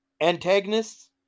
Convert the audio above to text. Antagonists